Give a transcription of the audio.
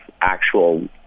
actual